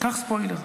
קח ספוילר: